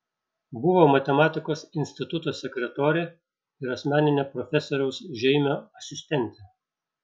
buvo matematikos instituto sekretorė ir asmeninė profesoriaus žeimio asistentė